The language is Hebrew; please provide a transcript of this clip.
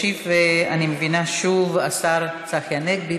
ישיב, אני מבינה, שוב השר צחי הנגבי.